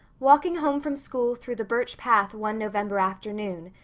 walking home from school through the birch path one november afternoon,